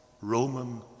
Roman